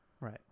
Right